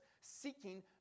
seeking